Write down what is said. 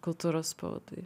kultūros spaudai